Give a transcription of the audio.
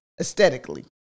aesthetically